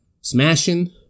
smashing